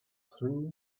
through